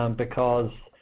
um because